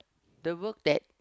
the work that